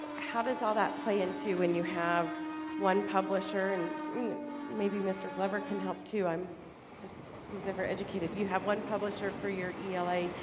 ah how does all that play into and you have one publisher and i mean maybe mr glover can help i'm just who's ever educated you have one publisher for your ela?